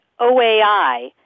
OAI